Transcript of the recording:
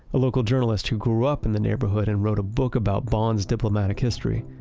a local journalist who grew up in the neighborhood and wrote a book about bonn's diplomatic history,